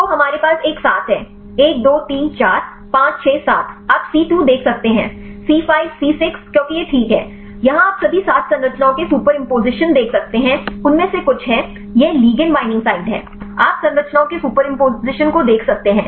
तो हमारे पास एक 7 है 1 2 3 4 5 6 7 आप सी 2 देख सकते हैं C 5 C 6 C 2 C 5 C 6 क्योंकि यह ठीक है यहां आप सभी सात संरचनाओं के सुपरइम्पोजिशन देख सकते हैं उनमें से कुछ हैं यह लिगंड बाइंडिंग साइड है आप संरचनाओं के सुपरिंपोजिशन को देख सकते हैं